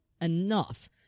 enough